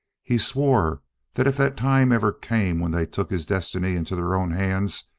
he swore that if that time ever came when they took his destiny into their own hands,